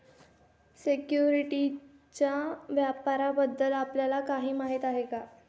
सिक्युरिटीजच्या व्यापाराबद्दल आपल्याला काही माहिती आहे का?